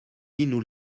nous